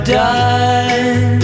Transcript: die